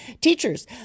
Teachers